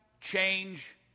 change